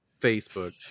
Facebook